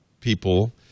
people